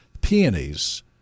Peonies